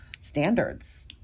standards